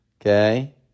Okay